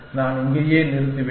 நான் இங்கேயே நிறுத்துவேன்